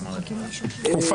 אבל אם כן מחליטים להגיש כתב אישום,